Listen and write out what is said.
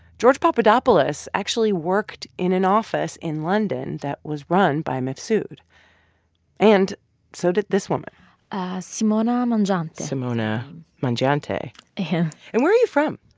george papadopoulos actually worked in an office in london that was run by mifsud and so did this woman simona mangiante simona mangiante yeah and where are you from?